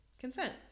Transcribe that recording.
consent